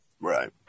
right